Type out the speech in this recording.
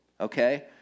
okay